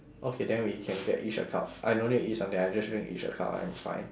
okay then we can get each a cup I no need eat something I just drink each a cup I'm fine